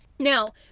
Now